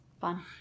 fun